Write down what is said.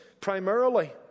primarily